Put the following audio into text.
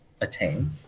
attain